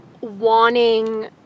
wanting